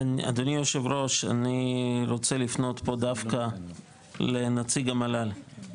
אדוני היו"ר אני רוצה לפנות פה דווקא לנציג המועצה לביטחון לאומי,